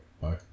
Bye